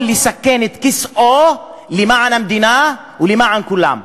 לסכן את כיסאו למען המדינה ולמען כולם.